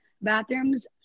Bathrooms